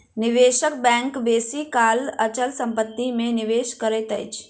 निवेशक बैंक बेसी काल अचल संपत्ति में निवेश करैत अछि